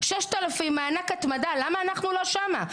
6,000 מענק התמדה, למה אנחנו לא שם?